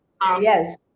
yes